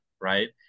right